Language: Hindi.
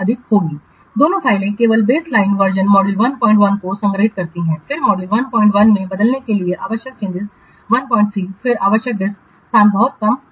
दोनों फाइलें केवल बेसलाइन संस्करण मॉड्यूल 11 को संग्रहीत करती हैं फिर मॉड्यूल 11 में बदलने के लिए आवश्यक चेंजिंस मॉड्यूल 13 फिर आवश्यक डिस्क स्थान बहुत कम होगा